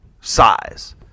size